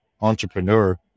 entrepreneur